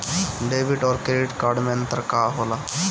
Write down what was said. Debit और credit card मे अंतर का होला?